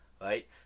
right